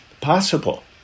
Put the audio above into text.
possible